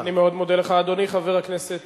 אני מאוד מודה לך, אדוני, חבר הכנסת